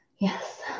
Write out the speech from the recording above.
Yes